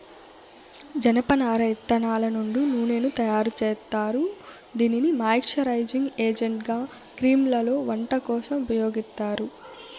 జనపనార ఇత్తనాల నుండి నూనెను తయారు జేత్తారు, దీనిని మాయిశ్చరైజింగ్ ఏజెంట్గా క్రీమ్లలో, వంట కోసం ఉపయోగిత్తారు